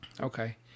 Okay